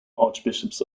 archbishops